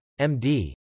MD